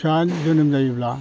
फिसा जोनोम जायोब्ला